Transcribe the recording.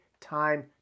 time